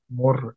more